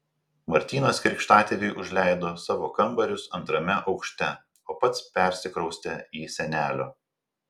martynas krikštatėviui užleido savo kambarius antrame aukšte o pats persikraustė į senelio